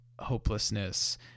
hopelessness